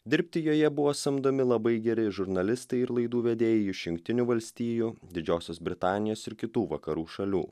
dirbti joje buvo samdomi labai geri žurnalistai ir laidų vedėjai iš jungtinių valstijų didžiosios britanijos ir kitų vakarų šalių